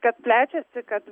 kad plečiasi kad